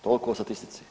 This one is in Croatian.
Toliko o statistici.